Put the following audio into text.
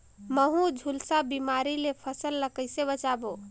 महू, झुलसा बिमारी ले फसल ल कइसे बचाबो?